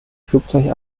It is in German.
flugzeug